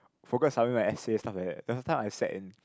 forgot to submit my essay stuff like the last time I sat in